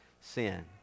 sin